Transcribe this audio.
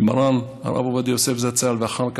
למרן הרב עובדיה יוסף זצ"ל, ואחר כך,